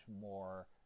more